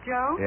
Joe